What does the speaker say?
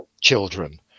children